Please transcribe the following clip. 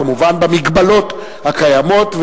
כמובן במגבלות הקיימות,